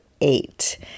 eight